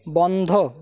বন্ধ